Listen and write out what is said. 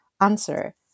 answer